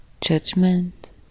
judgment